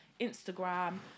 instagram